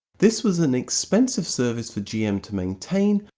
this was an expensive service for gm to maintain,